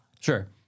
Sure